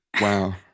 Wow